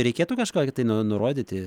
reikėtų kažkokį tai nu nurodyti